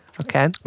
Okay